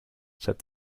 said